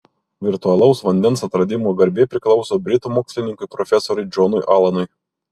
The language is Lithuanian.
virtualaus vandens atradimo garbė priklauso britų mokslininkui profesoriui džonui alanui